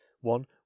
One